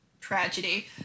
tragedy